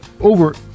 over